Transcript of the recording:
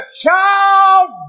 child